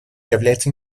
является